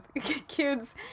kids